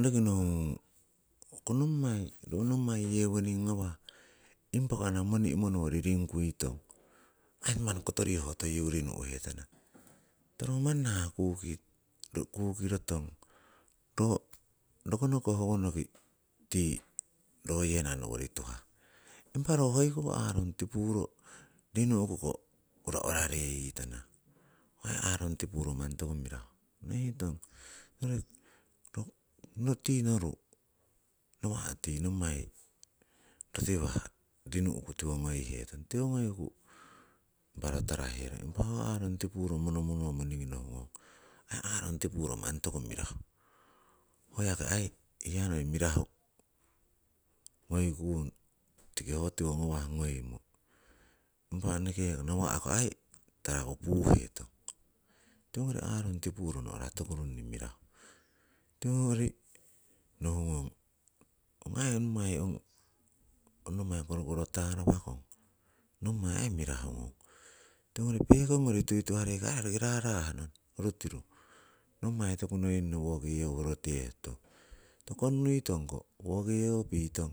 roki nohungong hoko nommai, ro nommai yewoning ngawah impa ko ana moni'mo nowori ringkuitong, aii manni kotoriho toiyu rinu'hetana, tiko ro manni nahah kuki kukiro tong ro rokonokiko howonoki tii royena nowori tuhah. Impa ro hoiko aarung tipuro rinu'kuko ura rura reyitana, ho aii aarung tipuro manni toku mirahu onohitong. tii noru nawa' tii nommai rotiwah rinu'ku tiwo ngoihetong, tiwo ngoiku impa ro taraherong, impa ho aarung tipuro mono monomo ningi nohungong, ho aii aarung tipuro manni toku mirahu. Ho yaki aii hiya noi mirahu ngoikung tiki owotiwo ngawah ngoimo, impa enekeko nawa'ko aii taraku puuhetong. Tiwongori aarung tipuro no'ra toku runni mirahu. Tiwongori nohungong ong aii nommai ong, ong nommai korokoro tarawakong, nommai aii mirahungung. Tiwongori pekong tuituhareikori roki raarah nong, orutiru, nommai toku noiyingno woki huroteh tutong, tiko konnui tongko, woki yewo pitong.